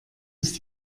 ist